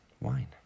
Wine